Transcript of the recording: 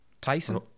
Tyson